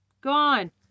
gone